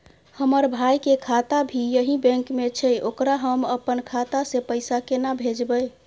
हमर भाई के खाता भी यही बैंक में छै ओकरा हम अपन खाता से पैसा केना भेजबै?